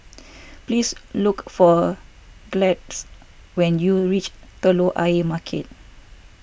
please look for Gladys when you reach Telok Ayer Market